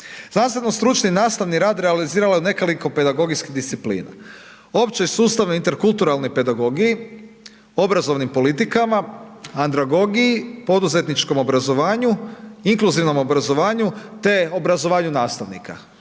Znanstveno stručni nastavni rad realizirala je u nekoliko pedagogijskih disciplina. Općoj sustavnoj interkulturalnoj pedagogiji, obrazovnim politikama, andragogiji, poduzetničkom obrazovanju, inkluzivnom obrazovanju te obrazovanju nastavnika,